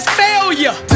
failure